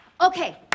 okay